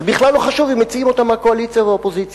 אז זה בכלל לא חשוב אם מציעים אותן מהקואליציה או מהאופוזיציה.